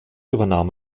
übernahm